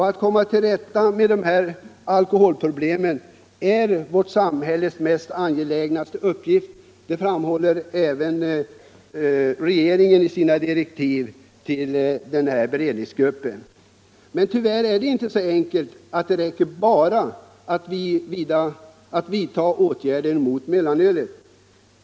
Att komma till rätta med alkoholproblemen är en av vårt samhälles mest angelägna uppgifter; detta framhöll även regeringen i sina direktiv till alkoholpolitiska utredningen Men tyvärr är det inte så enkelt att det räcker med att endast vidta åtgärder mot mellanölet.